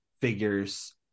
figures